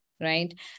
right